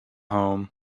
home